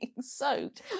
soaked